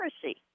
piracy